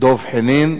דב חנין.